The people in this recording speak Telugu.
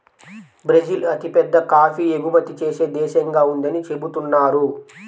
బ్రెజిల్ అతిపెద్ద కాఫీ ఎగుమతి చేసే దేశంగా ఉందని చెబుతున్నారు